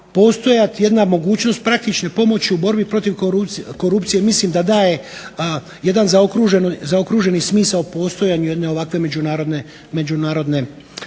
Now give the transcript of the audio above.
postojati jedna mogućnost praktične pomoći u borbi protiv korupcije, mislim da daje jedan zaokruženi smisao postojanju jedne ovakve međunarodne organizacije